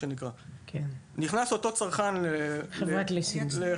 נכנס אותו צרכן לחברת ליסינג,